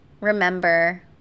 remember